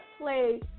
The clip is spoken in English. play